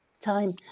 time